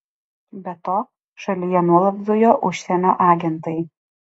be to šalyje nuolat zujo užsienio agentai